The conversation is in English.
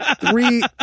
three